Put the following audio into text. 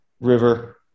river